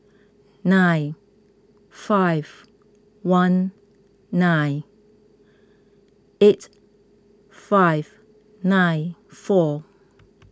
nine five one nine eight five nine four